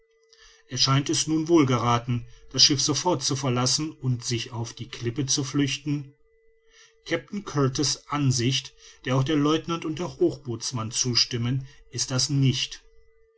später erscheint es nun wohl gerathen das schiff sofort zu verlassen und sich auf die klippe zu flüchten kapitän kurtis ansicht der auch der lieutenant und der hochbootsmann zustimmen ist das nicht